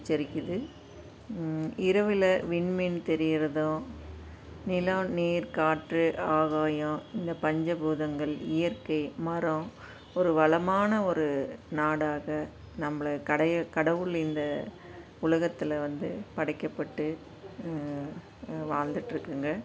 உச்சரிக்குது இரவில் விண்மீன் தெரிகிறதும் நிலம் நீர் காற்று ஆகாயம் இந்த பஞ்ச பூதங்கள் இயற்கை மரம் ஒரு வளமான ஒரு நாடாக நம்மளை கடையை கடவுள் இந்த உலகத்தில் வந்து படைக்கப்பட்டு வாழ்ந்துட்டு இருக்கோங்க